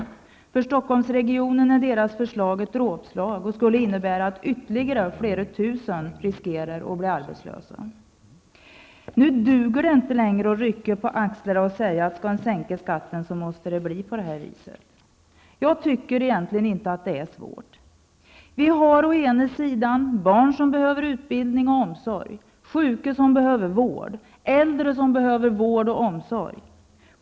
För Stockholms del är förslaget ett dråpslag och skulle innebära att ytterligare 6 000 personer riskerar att bli arbetslösa. Det duger inte längre med att säga att det, om vi skall sänka skatterna, får bli på det sättet. Jag tycker egentligen inte att det är så svårt. Vi har å ena sidan barn som behöver utbildning och omsorg, sjuka som behöver vård, äldre som behöver vård och omsorg.